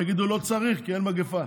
צריך, כי אין מגפה.